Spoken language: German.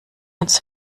uns